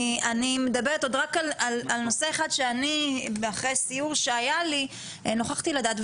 אני מדברת עוד רק על נושא אחד שאני אחרי סיור שהיה לי נוכחתי לדעת.